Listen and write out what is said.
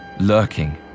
lurking